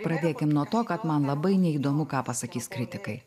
pradėkim nuo to kad man labai neįdomu ką pasakys kritikai